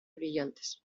brillantes